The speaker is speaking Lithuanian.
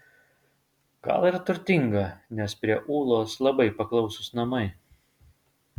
gal ir turtinga nes prie ūlos labai paklausūs namai